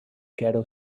ghetto